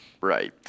right